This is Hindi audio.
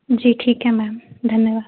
जी ठीक है मैम धन्यवाद